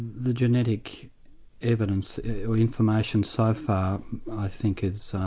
the genetic evidence or information so far i think is